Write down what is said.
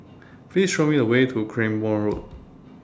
Please Show Me The Way to Cranborne Road